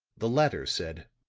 the latter said